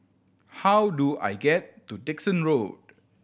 how do I get to Dickson Road